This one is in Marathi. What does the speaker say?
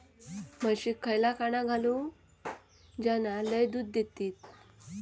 म्हशीक खयला खाणा घालू ज्याना लय दूध देतीत?